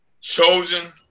Chosen